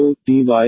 तो dydxfyx